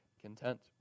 content